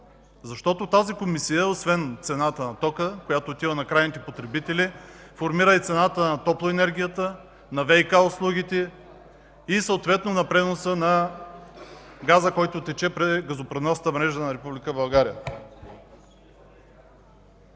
Защото тази Комисия, освен цената на тока, която отива при крайните потребители, формира и цената на топлоенергията, на ВиК услугите и съответно на преноса на газа, който тече през газопреносната мрежа на